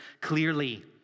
clearly